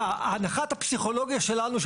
שההנחה הפסיכולוגית שלנו,